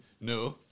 No